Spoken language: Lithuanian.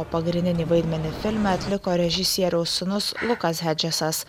o pagrindinį vaidmenį filme atliko režisieriaus sūnus lukas hedžesas